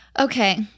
Okay